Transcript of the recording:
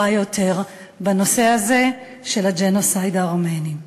יותר בנושא הזה של הג'נוסייד הארמני.